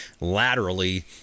laterally